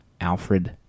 Alfred